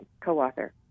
co-author